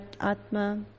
atma